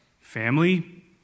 family